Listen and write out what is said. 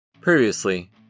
Previously